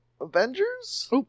Avengers